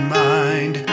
mind